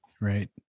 Right